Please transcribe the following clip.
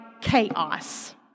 chaos